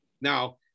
Now